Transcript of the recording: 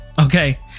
Okay